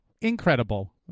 Incredible